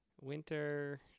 Winter